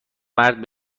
مرد